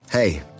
Hey